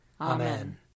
Amen